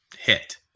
hit